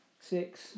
Six